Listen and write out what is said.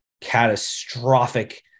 catastrophic